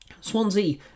Swansea